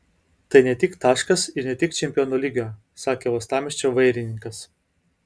tai ne tik taškas ir ne tik čempionų lygoje sakė uostamiesčio vairininkas